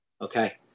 Okay